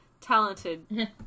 talented